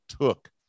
took